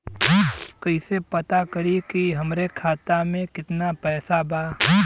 कइसे पता करि कि हमरे खाता मे कितना पैसा बा?